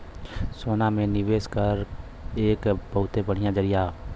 सोना में निवेस एक बहुते बढ़िया जरीया हौ